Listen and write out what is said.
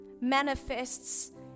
manifests